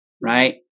right